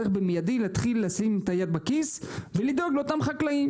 צריך במיידי להתחיל לשים את היד בכיס ולדאוג לאותם חקלאים,